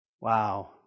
Wow